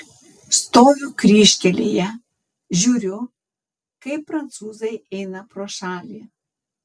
stoviu kryžkelėje žiūriu kaip prancūzai eina pro šalį